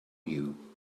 you